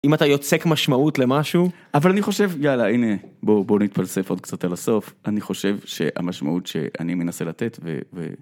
אם אתה יוצק משמעות למשהו, אבל אני חושב, יאללה הנה בואו נתפלסף עוד קצת עד הסוף, אני חושב שהמשמעות שאני מנסה לתת ו...